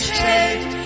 change